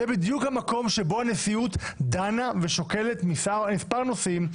זה בדיוק המקום שבו הנשיאות דנה ושוקלת מספר נושאים,